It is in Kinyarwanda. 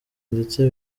ndetse